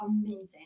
Amazing